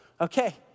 Okay